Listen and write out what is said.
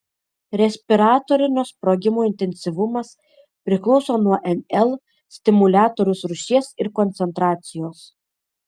respiratorinio sprogimo intensyvumas priklauso nuo nl stimuliatoriaus rūšies ir koncentracijos